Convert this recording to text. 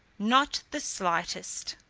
not the slightest.